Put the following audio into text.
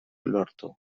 lortu